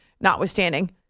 notwithstanding